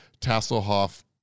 Tasselhoff